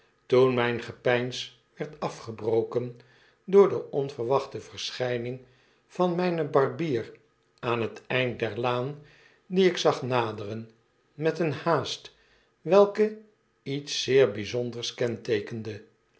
toen myn gepeins werd afgebroken door de onverwachte verschijning van mijnen barbier aan het eind der laan dien ik zag naderen met eene haast welke iets zeer bijzonders